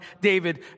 David